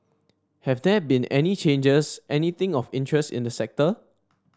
have there been any changes anything of interest in the sector